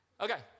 Okay